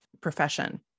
profession